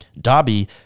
Dobby